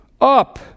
up